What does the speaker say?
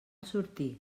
sortir